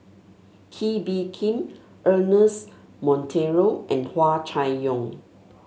Kee Bee Khim Ernest Monteiro and Hua Chai Yong